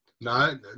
No